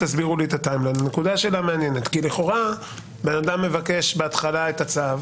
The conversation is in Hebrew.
נקודה מעניינת כי לכאורה אדם מבקש בהתחלה את הצו.